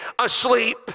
asleep